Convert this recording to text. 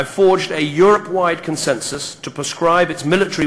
אני קורא על עוד שר או עוד ראש מפלגה בקואליציה שתוקף אותי.